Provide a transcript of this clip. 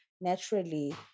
naturally